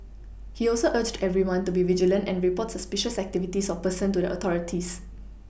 he also urged everyone to be vigilant and report suspicious activities or persons to the authorities